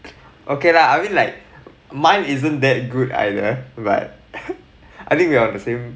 okay lah I mean like mine isn't that good either but I think we are the same